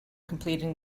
completing